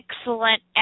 Excellent